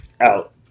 out